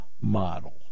model